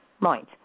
Right